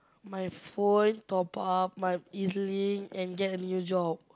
my phone top-up my E_Z-Link and get a new job